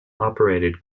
operated